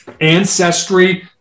ancestry